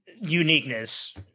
uniqueness